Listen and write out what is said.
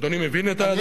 אדוני מבין את הדבר הזה?